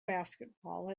basketball